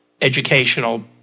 educational